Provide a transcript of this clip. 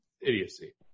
idiocy